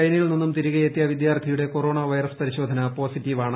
ചൈനയിൽ ന്നിന്നും തിരികെയെത്തിയ വിദ്യാർത്ഥിയുടെ കൊറോണ്ട് ് വൈറസ് പരിശോധന പോസിറ്റീവാണ്